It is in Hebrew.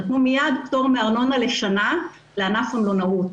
נתנו מייד פטור מארנונה לשנה לענף המלונאות.